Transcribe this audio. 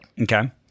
Okay